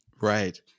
Right